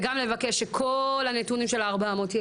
שרת ההתיישבות והמשימות הלאומיות אורית סטרוק: אני אשב איתו על זה.